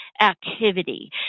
activity